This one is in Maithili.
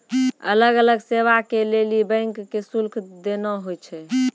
अलग अलग सेवा के लेली बैंक के शुल्क देना होय छै